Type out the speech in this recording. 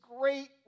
great